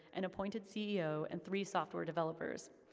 and appointed ceo, and three software developers.